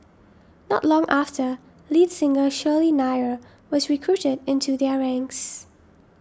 not long after lead singer Shirley Nair was recruited into their ranks